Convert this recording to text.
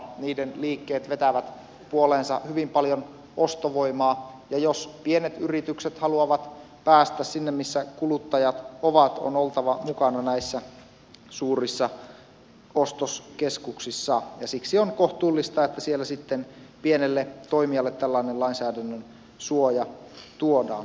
niiden liikkeet vetävät puoleensa hyvin paljon ostovoimaa ja jos pienet yritykset haluavat päästä sinne missä kuluttajat ovat on oltava mukana näissä suurissa ostoskeskuksissa ja siksi on kohtuullista että siellä sitten pienelle toimijalle tällainen lainsäädännön suoja tuodaan